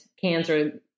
cancer